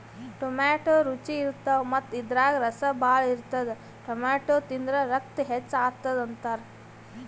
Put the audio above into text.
tomato ರುಚಿ ಇರ್ತವ್ ಮತ್ತ್ ಇದ್ರಾಗ್ ರಸ ಭಾಳ್ ಇರ್ತದ್ ಟೊಮ್ಯಾಟೋ ತಿಂದ್ರ್ ರಕ್ತ ಹೆಚ್ಚ್ ಆತದ್ ಅಂತಾರ್